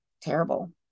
terrible